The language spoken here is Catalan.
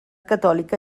catòlica